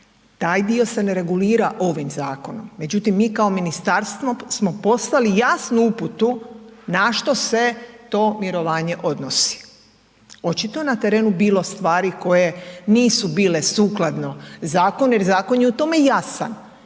taj dio se ne regulira ovim zakonom, međutim mi kao ministarstvo smo poslali jasnu uputu na što se to mirovanje odnosi očito na terenu bilo stvari koje nisu bile sukladno zakonu jer zakon je u tome jasan.